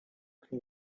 can